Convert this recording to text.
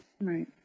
Right